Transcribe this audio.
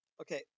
Okay